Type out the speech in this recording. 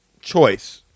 choice